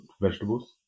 vegetables